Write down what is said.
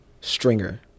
Stringer